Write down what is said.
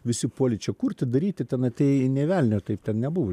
visi puolė čia kurti daryti ten atėjai nė velnio taip ten nebuvo